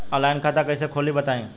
Online खाता कइसे खोली बताई?